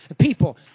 people